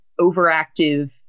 overactive